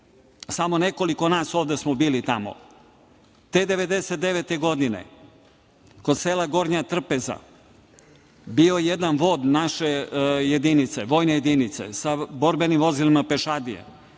Samo nekoliko nas ovde smo bili tamo. Te 1999. godine kod sela Gornja Trpeza bio je jedan vod naše vojne jedinice sa borbenim vozilima pešadije.